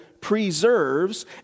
preserves